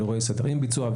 לדוגמה,